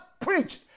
preached